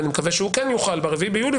ואני מקווה שהוא כן יוכל ב-4 ביולי,